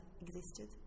existed